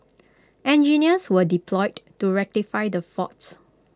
engineers were deployed to rectify the faults